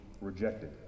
rejected